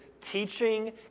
teaching